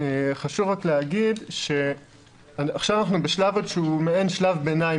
חשוב להגיד שעכשיו אנחנו בשלב שהוא מעין שלב ביניים,